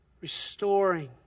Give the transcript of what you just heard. Restoring